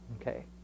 Okay